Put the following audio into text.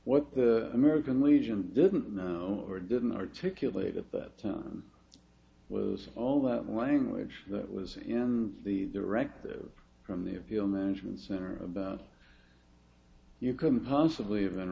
what the american legion didn't know or didn't articulate it that was all that language that was in the directive from the appeal management center about you couldn't possibly have